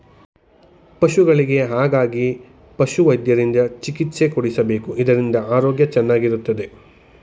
ಪಶುಗಳಿಗೆ ಹಾಗಾಗಿ ಪಶುವೈದ್ಯರಿಂದ ಚಿಕಿತ್ಸೆ ಕೊಡಿಸಬೇಕು ಇದರಿಂದ ಆರೋಗ್ಯ ಚೆನ್ನಾಗಿರುತ್ತದೆ